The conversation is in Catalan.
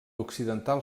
occidental